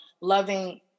loving